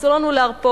אסור לנו להרפות,